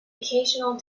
occasional